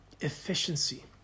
efficiency